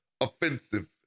offensive